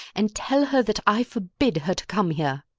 and tell her that i forbid her to come here!